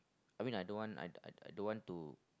I mean I don't want I I I don't want to